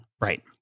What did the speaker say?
Right